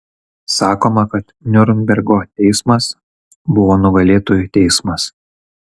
sakoma kad niurnbergo teismas buvo nugalėtojų teismas